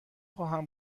خواهم